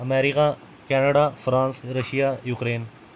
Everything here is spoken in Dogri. America Canada France Russia Ukraine